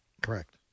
Correct